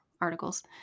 articles